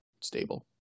stable